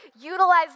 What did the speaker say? utilize